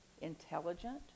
intelligent